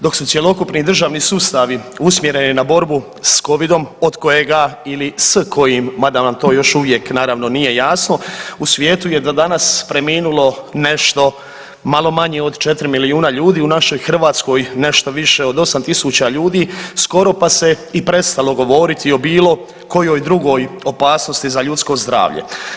Dok su cjelokupni državni sustavi usmjereni na borbu s covidom od kojega ili s kojim, mada nam to još uvijek naravno nije jasno u svijetu je do danas preminulo nešto malo manje od 4 milijuna ljudi, u našoj Hrvatskoj nešto više od 8.000 ljudi skoro pa se i prestalo govoriti o bilo kojoj drugoj opasnosti za ljudsko zdravlje.